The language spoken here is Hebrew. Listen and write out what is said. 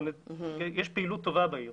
ויש פעילות טובה בעיר.